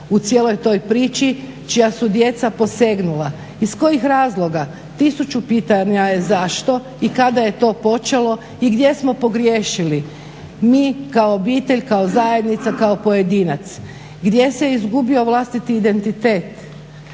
u cijeloj toj priči, čija su djeca posegnula. Iz kojih razloga, tisuću pitanja je zašto, i kada je to počelo, i gdje smo pogriješili mi kao obitelj, kao zajednica, kao pojedinac, gdje se izgubio vlastiti identitet,